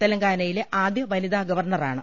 തെലങ്കാനയിലെ ആദ്യ വനിതാ ഗവർണ്ണറാണ്